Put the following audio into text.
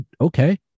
Okay